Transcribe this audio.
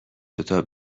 دوتا